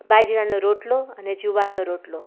બાજરાનો રોટલો અને જુવારનો રોટલો